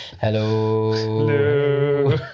Hello